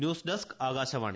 news desk Akashvani